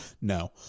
no